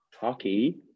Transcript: hockey